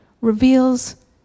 reveals